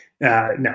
no